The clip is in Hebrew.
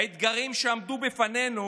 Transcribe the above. האתגרים שעמדו בפנינו